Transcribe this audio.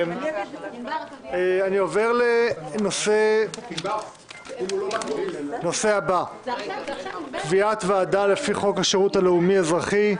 אני עובר לנושא הבא: קביעת ועדה לפי חוק שירות לאומי-אזרחי,